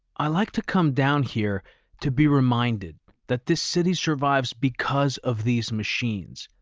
i like to come down here to be reminded that this city survives because of these machines,